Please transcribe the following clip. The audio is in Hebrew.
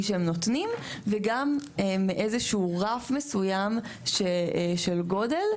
שהם נותנים וגם מאיזה שהוא רף מסוים ששל גודל,